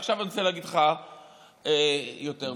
עכשיו אני רוצה להגיד לך יותר מזה.